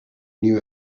new